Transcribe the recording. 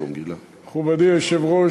מכובדי היושב-ראש,